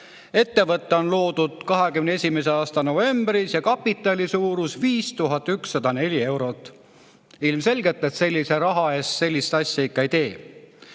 Ettevõte on loodud 2021. aasta novembris ja kapitali suurus on 5104 eurot. Ilmselgelt sellise raha eest sellist asja ikka ei tee.